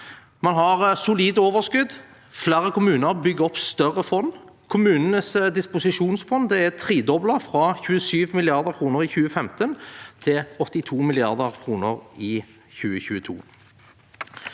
Man har solid overskudd. Flere kommuner bygger opp større fond. Kommunenes disposisjonsfond er tredoblet, fra 27 mrd. kr i 2015 til 82 mrd. kr i 2022.